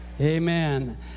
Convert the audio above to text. Amen